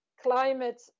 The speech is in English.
climate